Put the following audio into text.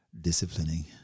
disciplining